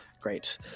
great